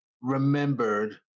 remembered